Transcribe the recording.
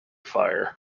fire